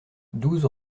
douze